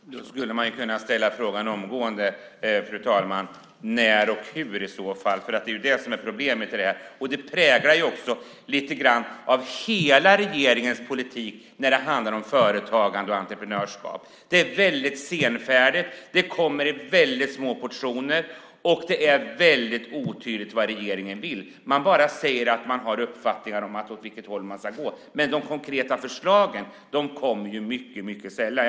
Fru talman! Jag skulle omgående kunna ställa frågan: När och hur ska det i så fall ske? Det är problemet i detta. Det präglar lite grann hela regeringens politik när det handlar om företagande och entreprenörskap. Det är väldigt senfärdigt, det kommer i väldigt små portioner, och det är väldigt otydligt vad regeringen vill. Man säger bara att man har uppfattningar om åt vilket håll man ska gå. Men de konkreta förslagen kommer mycket sällan.